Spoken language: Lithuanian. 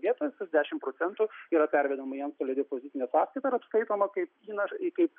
vietoj tas dešimt procentų yra pervedama į antstolio depozitinę sąskaitą ir apskaitoma kaip įnašas kaip